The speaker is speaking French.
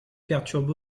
perturbe